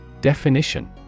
Definition